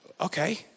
Okay